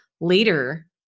later